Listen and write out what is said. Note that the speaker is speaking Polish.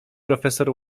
profesor